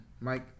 Mike